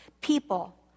people